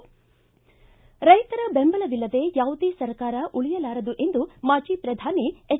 ರೈತರ ಬೆಂಬಲವಿಲ್ಲದೆ ಯಾವುದೇ ಸರ್ಕಾರ ಉಳಿಯಲಾರದು ಎಂದು ಮಾಜಿ ಪ್ರಧಾನಿ ಎಚ್